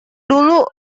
dulu